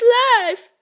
life